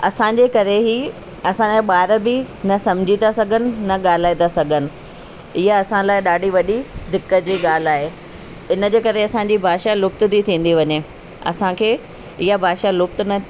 असांजे करे ही असांजा ॿार बि न समुझी थी सघनि न ॻाल्हाए था सघनि ईअं असां लाइ ॾाढी वॾी दिक़त जी ॻाल्हि आहे इन जे करे असांजी भाषा लुप्त थी थींदी वञे असांखे ईअं भाषा लुप्त न